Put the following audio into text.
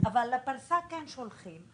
אבל לפריסה כן שולחים.